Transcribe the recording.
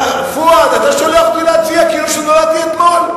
פואד, אתה שולח אותי להציע כאילו נולדתי אתמול.